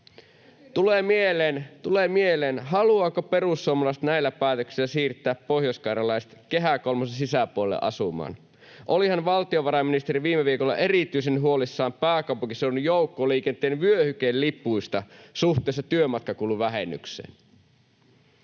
tulee mieleen, haluavatko perussuomalaiset näillä päätöksillä siirtää pohjoiskarjalaiset Kehä kolmosen sisäpuolelle asumaan. Olihan valtiovarainministeri viime viikolla erityisen huolissaan pääkaupunkiseudun joukkoliikenteen vyöhykelipuista suhteessa työmatkakuluvähennykseen.